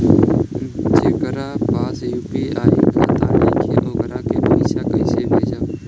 जेकरा पास यू.पी.आई खाता नाईखे वोकरा के पईसा कईसे भेजब?